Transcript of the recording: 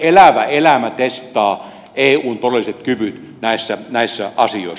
elävä elämä testaa eun todelliset kyvyt näissä asioissa